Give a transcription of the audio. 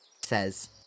says